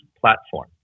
platform